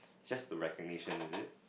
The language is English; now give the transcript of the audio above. just a recognition is it